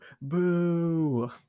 Boo